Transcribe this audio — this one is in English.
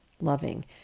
loving